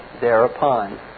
Thereupon